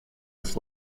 its